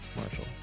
Marshall